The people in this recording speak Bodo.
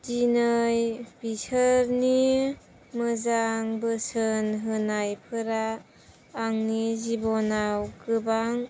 दिनै बिसोरनि मोजां बोसोन होनायफोरा आंनि जिब'नाव गोबां